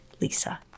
Lisa